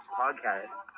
podcast